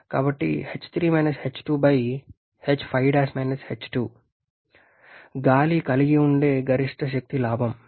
కాబట్టి గాలి కలిగి ఉండే గరిష్ట శక్తి లాభం